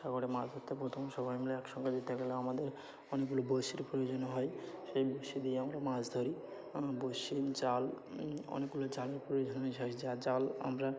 সাগরে মাছ ধরতে প্রথম সবাই মিলে একসঙ্গে যেতে গেলে আমাদের অনেকগুলো বরশির প্রয়োজন হয় সেই বরশি দিয়ে আমরা মাছ ধরি বরশির জাল অনেকগুলো জালের প্রয়োজন যা জাল আমরা